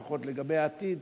לפחות לגבי העתיד,